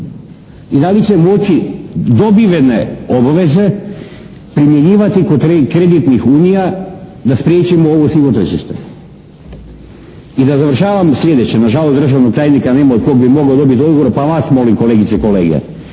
i da li će moći dobivene obveze primjenjivati kod kreditnih unija da spriječimo ovo sivo tržište. I završavam sljedeće, na žalost državnog tajnika nema od koga bih mogao dobiti odgovor, pa vas molim kolegice i kolege